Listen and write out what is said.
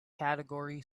category